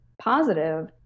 positive